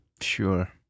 Sure